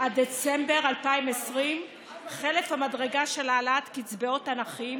עד דצמבר 2020 חלף המדרגה של העלאת קצבאות הנכים,